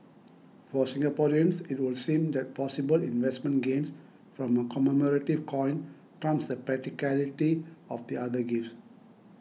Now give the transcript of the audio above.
for Singaporeans it would seem that possible investment gains from a commemorative coin trumps the practicality of the other gifts